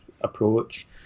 approach